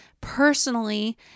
personally